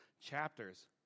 chapters